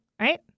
right